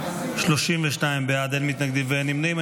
32 בעד, אין מתנגדים ואין נמנעים.